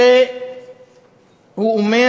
שאומר: